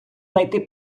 найти